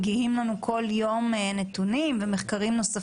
ואין סיבה שקנאביס יהיה שונה.